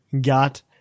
got